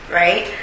right